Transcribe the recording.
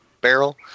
barrel